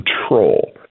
control